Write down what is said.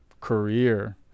career